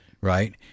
Right